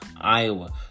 Iowa